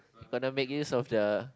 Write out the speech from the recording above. gonna make use of the